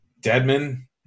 Deadman